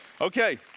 Okay